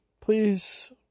please